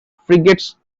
frigates